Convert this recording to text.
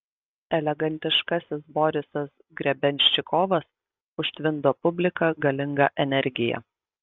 elegantiškasis borisas grebenščikovas užtvindo publiką galinga energija